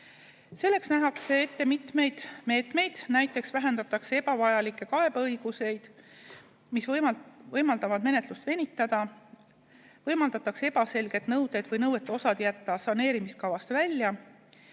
Selleks nähakse ette mitmeid meetmeid, näiteks vähendatakse ebavajalikke kaebeõiguseid, mis võimaldavad menetlust venitada, võimaldatakse ebaselged nõuded või nõuete osad jätta saneerimiskavast välja